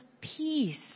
peace